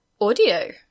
audio